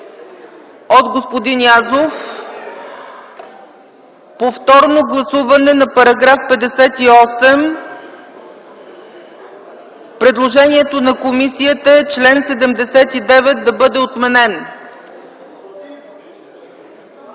от господин Язов: повторно гласуване на § 58. Предложението на комисията е чл. 79 да бъде отменен.